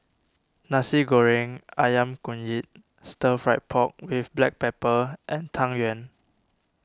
Nasi Goreng Ayam Kunyit Stir Fried Pork with Black Pepper and Tang Yuen